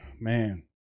man